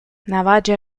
navajo